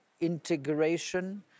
integration